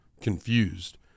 confused